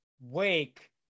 Wake